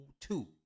two